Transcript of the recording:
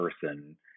person